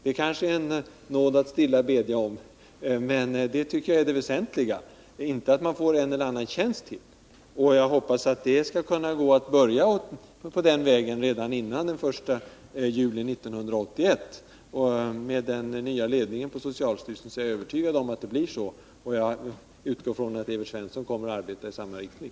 Det kanske är en nåd att stilla bedja om, men det är det väsentliga — inte att man får en eller annan tjänst till. Jag hoppas det skall kunna gå att börja på den vägen redan före den 1 juli 1981, och jag är övertygad om att med den nya ledningen av socialstyrelsen blir det så. Jag utgår från att Evert Svensson kommer att arbeta i samma riktning.